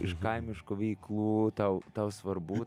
iš kaimiškų veiklų tau tau svarbu